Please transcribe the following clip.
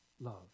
love